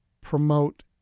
promote